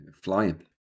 flying